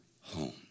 home